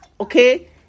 okay